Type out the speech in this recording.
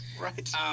Right